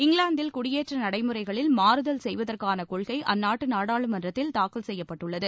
இங்கிலாந்தில் குடியேற்ற நடைமுறைகளில் மாறுதல் செய்வதற்கான கொள்கை அந்நாட்டு நாடாளுமன்றத்தில் தாக்கல் செய்யப்பட்டுள்ளது